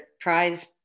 prize